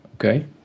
Okay